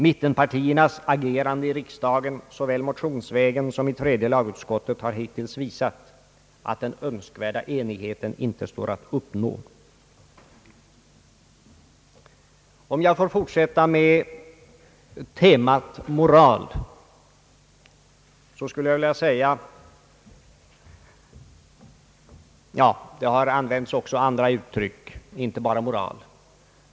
Mittenpartiernas agerande i riksdagen såväl motionsvägen som i tredje lagutskottet har hittills visat att den önskvärda enigheten inte står att uppnå.» Det har använts även andra uttryck — inte bara moral.